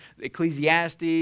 Ecclesiastes